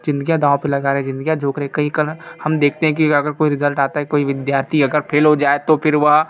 जिंदगियाँ दाँव पे लगा रहे हैं जिंदगियाँ झोक रहे हैं कई बार हम देखते हैं कि अगर कोई रिज़ल्ट आता है कोई विद्यार्थी अगर फेल हो जाए तो फिर वह